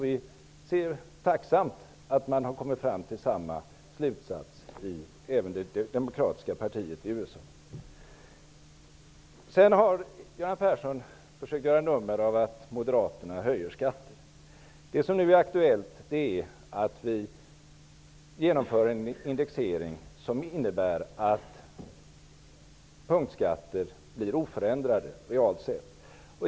Vi ser tacksamt att man även i det demokratiska partiet i USA har kommit fram till samma slutsats. Göran Persson försökte att göra ett nummer av att moderaterna höjer skatter. Det som nu är aktuellt är genomförandet av en indexering som innebär att punktskatter realt sett blir oförändrade.